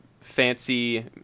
fancy